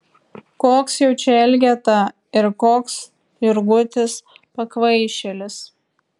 koks jau čia elgeta ir koks jurgutis pakvaišėlis